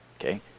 okay